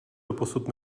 dosud